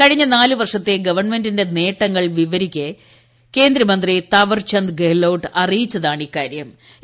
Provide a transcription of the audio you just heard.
കഴിഞ്ഞ നാലുവർഷത്തെ ഗവൺമെന്റിന്റെ നേട്ടങ്ങൾ വിവരിക്കെ കേന്ദ്രമന്ത്രി താവർചന്ദ് ഗെലോട്ട് അറിയിച്ചതാണ് ഇക്കാരൃം